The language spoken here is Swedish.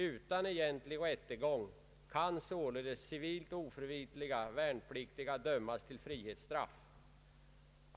Utan egentlig rättegång kan således civilt oförvitliga värnpliktiga dömas till frihetsstraff.